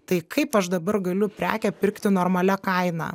tai kaip aš dabar galiu prekę pirkti normalia kaina